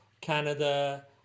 Canada